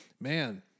Man